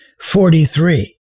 Forty-three